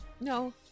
No